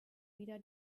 wieder